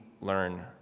learn